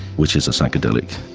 which is a psychedelic.